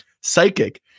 psychic